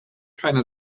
keine